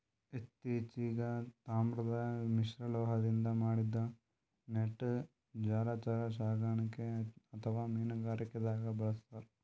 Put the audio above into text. ಇತ್ತಿಚೀಗ್ ತಾಮ್ರದ್ ಮಿಶ್ರಲೋಹದಿಂದ್ ಮಾಡಿದ್ದ್ ನೆಟ್ ಜಲಚರ ಸಾಕಣೆಗ್ ಅಥವಾ ಮೀನುಗಾರಿಕೆದಾಗ್ ಬಳಸ್ತಾರ್